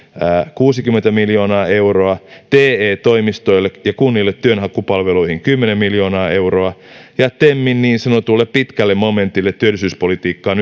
kuusikymmentä miljoonaa euroa te toimistoille ja kunnille työnhakupalveluihin kymmenen miljoonaa euroa ja temin niin sanotulle pitkälle momentille työllisyyspolitiikkaan